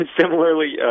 similarly